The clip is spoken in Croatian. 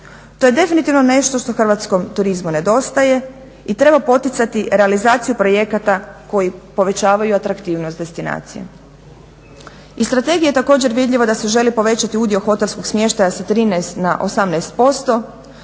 To je definitivno nešto što hrvatskom turizmu nedostaje i treba poticati realizaciju projekata koji povećavaju atraktivnost destinacije. Iz strategije je također vidljivo da se želi povećati udio hotelskog smještaja sa 13 na 18%,